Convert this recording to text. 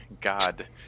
God